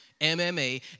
MMA